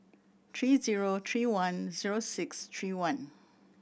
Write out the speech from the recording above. three zero three one zero six three one